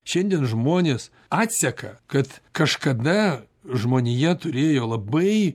šiandien žmonės atseka kad kažkada žmonija turėjo labai